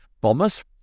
bombers